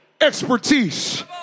expertise